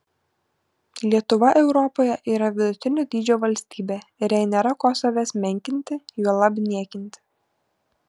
lietuva europoje yra vidutinio dydžio valstybė ir jai nėra ko savęs menkinti juolab niekinti